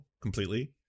completely